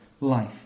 life